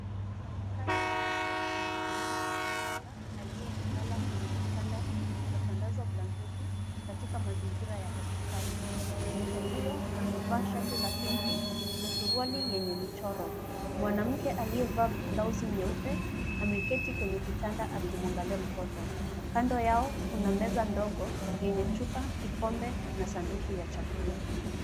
Mfanyakazi wa afya anamhudumia mtoto mchanga aliyelala kwenye kitanda kilichotandazwa blanketi katika mazingira ya hospitali. Mtoto huyo amevaa shati la pinki na suruali yenye michoro. Mwanamke aliyevaa blauzi nyeupe ameketi kwenye kitanda akimwangalia mtoto. Kando yao kuna meza ndogo yenye chupa, kikombe na sanduku ya chakula.